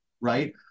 Right